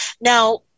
Now